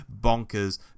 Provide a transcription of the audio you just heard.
bonkers